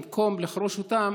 במקום לחרוש אותם,